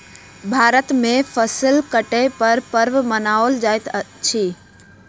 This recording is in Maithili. भारत में फसिल कटै पर पर्व मनाओल जाइत अछि